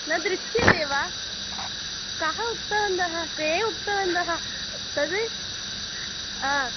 न दृश्यते वा के उक्तवन्तः के उक्तवन्तः तद् आ